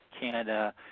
Canada